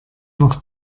noch